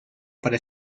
para